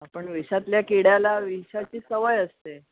पण विषातल्या किड्याला विषाची सवय असते